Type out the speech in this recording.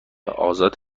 آزاد